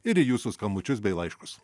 ir į jūsų skambučius bei laiškus